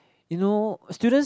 you know students